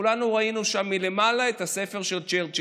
כולנו ראינו שם מלמעלה את הספר של צ'רצ'יל.